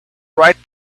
right